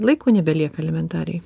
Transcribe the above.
laiko nebelieka elementariai